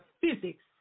physics